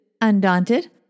Undaunted